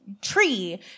tree